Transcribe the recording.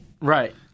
Right